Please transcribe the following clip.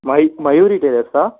my Mayuri டைலர்ஸ்ஸா